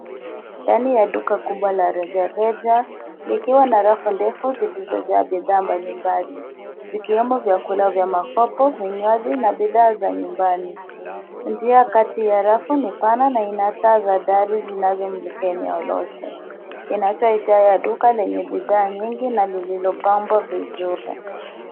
Ndani ya duka kubwa la rejareja likiwa na rafu ndefu zilizojaa bidhaa mbali mbali zikiwemo vyakula vya makopo, vinywaji n bidhaa za nyumbani. Njia kati ya rafu ni pana na ina taa za dari zinazomulika eneo lote. Iacho hisia ya duka lenye bidhaa nyingi na lililopambwa vizuri.